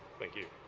thank you.